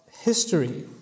history